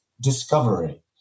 discovery